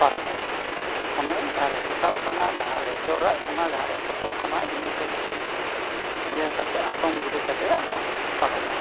ᱯᱟᱨᱚᱢᱚᱜ ᱢᱮ ᱚᱱᱮ ᱡᱟᱦᱟᱸᱨᱮ ᱦᱮᱞᱠᱟᱜ ᱠᱟᱱᱟ ᱡᱟᱦᱟᱸᱨᱮ ᱡᱷᱮᱣᱨᱟᱜ ᱠᱟᱱᱟ ᱡᱟᱦᱟᱸᱨᱮ ᱯᱷᱚᱛᱚᱜ ᱠᱟᱱᱟ ᱤᱱᱟᱹ ᱠᱚ ᱠᱟᱹᱴᱤᱡ ᱤᱭᱟᱹ ᱠᱟᱛᱮ ᱮᱛᱚᱢ ᱜᱤᱰᱤ ᱠᱟᱛᱮ ᱟᱫᱚ ᱯᱟᱨᱚᱢᱚᱜ ᱢᱮ